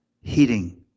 heating